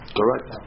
Correct